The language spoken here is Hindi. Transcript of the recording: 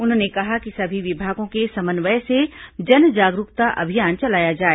उन्होंने कहा कि सभी विभागों के समन्वय से जन जागरूकता अभियान चलाया जाए